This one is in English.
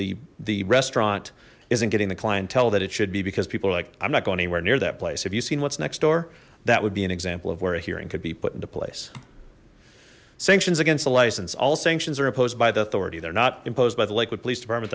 the the restaurant isn't getting the clientele that it should be because people are like i'm not going anywhere near that place have you seen what's next door that would be an example of where a hearing could be put into place sanctions against the license all sanctions are imposed by the authority they're not imposed by the lakewood police department